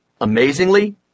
Amazingly